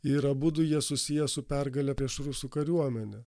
yra būdų jie susiję su pergale prieš rusų kariuomenę